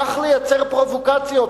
כך לייצר פרובוקציות,